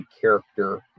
character